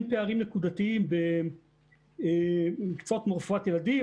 פערים נקודתיים במקצועות כמו רפואת ילדים,